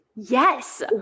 Yes